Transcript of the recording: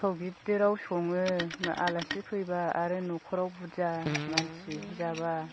थौ गिदिराव सङो आलासि फैबा आरो नखराव बुदजा मानसि जाबा